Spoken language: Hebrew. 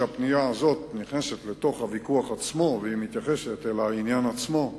הפנייה הזאת נכנסת לתוך הוויכוח עצמו והיא מתייחסת אל העניין עצמו,